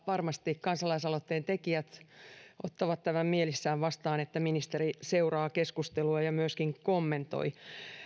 varmasti kansalaisaloitteen tekijät ottavat tämän mielissään vastaan että ministeri seuraa keskustelua ja myöskin kommentoi